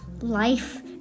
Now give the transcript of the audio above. life